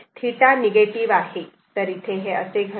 तर इथे हे असे घडत आहे मी हे थोडे वर करतो